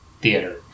theater